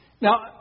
Now